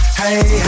hey